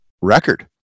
record